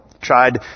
tried